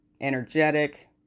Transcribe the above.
Energetic